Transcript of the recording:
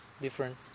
different